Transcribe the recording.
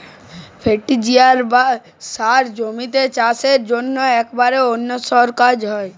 fertiliser বা সার জমির চাসের জন্হে একেবারে অনসীকার্য